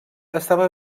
estava